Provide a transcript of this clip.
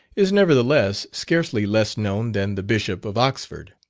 is nevertheless, scarcely less known than the bishop of oxford.